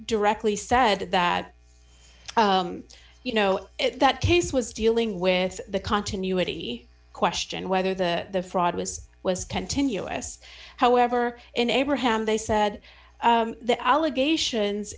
directly said that you know that case was dealing with the continuity question whether the fraud was was continuous however in abraham they said the allegations